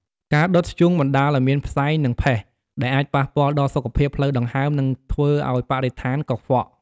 ការដុតធ្យូងបណ្តាលឱ្យមានផ្សែង និងផេះ ដែលអាចប៉ះពាល់ដល់សុខភាពផ្លូវដង្ហើម និងធ្វើឲ្យបរិស្ថានកខ្វក់។